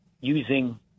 using